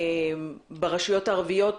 ברשויות הערביות?